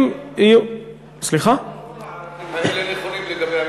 כל הערבים יכולים לדבר,